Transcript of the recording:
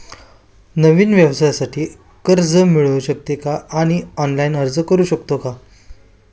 नवीन व्यवसायासाठी कर्ज मिळू शकते का आणि ऑनलाइन अर्ज करू शकतो का?